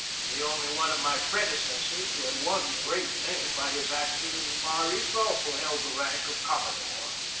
the only one of my predecessors who had won great name by his action in the far east also held the rank of commodore.